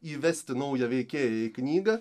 įvesti naują veikėją į knygą